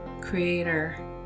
Creator